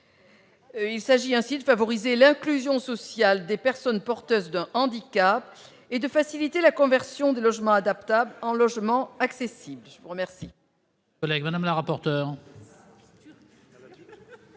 Il s'agit ainsi de favoriser l'inclusion sociale des personnes porteuses d'un handicap et de faciliter la conversion des logements adaptables en logements accessibles. Quel